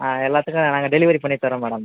ஆ எல்லாத்துக்கும் நாங்கள் டெலிவரி பண்ணித் தரோம் மேடம்